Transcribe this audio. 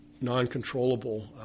non-controllable